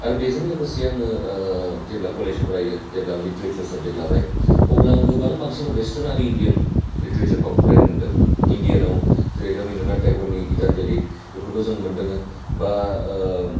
आरो बेजों लोगोसे आङो जेब्ला कलेज फरायो जेब्ला आं लिटारेचार साबजेक्ट लाबाय अब्ला आं गोबां बांसिन वेस्टार्न आरो इन्डियान लिटारेचारखौ आं फरायनो मोनदों इन्डियानाव जेरै रबिनद्र'नाथ टेगरनि गिटानजोलि बेफोरखौ जों मोनदों बा